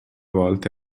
volte